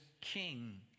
king